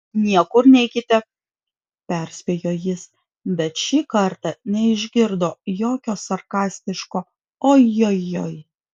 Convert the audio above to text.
niekur neikite perspėjo jis bet šį kartą neišgirdo jokio sarkastiško ojojoi